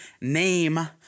name